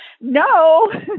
no